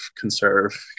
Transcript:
conserve